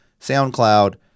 SoundCloud